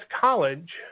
college